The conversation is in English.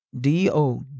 D-O